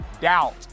doubt